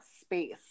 space